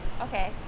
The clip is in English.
Okay